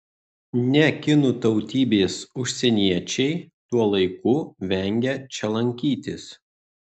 ne kinų tautybės užsieniečiai tuo laiku vengia čia lankytis